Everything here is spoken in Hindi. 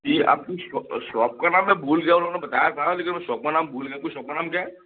जी आपकी शॉप का नाम मैं भूल गया उन्होंने बताया था लेकिन मैं शॉप का नाम भूल गया तो शॉप का नाम क्या है